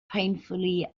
painfully